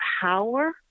power